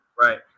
Right